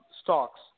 stocks